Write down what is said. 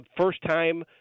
first-time